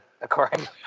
according